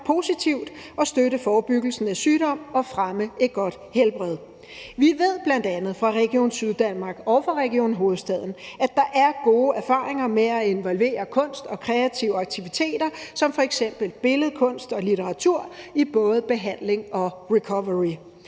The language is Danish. positivt og støtte forebyggelsen af sygdom og fremme et godt helbred. Vi ved bl.a. fra Region Syddanmark og fra Region Hovedstaden, at der er gode erfaringer med at involvere kunst og kreative aktiviteter som f.eks. billedkunst og litteratur i både behandling og recovery.